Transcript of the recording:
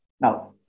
Now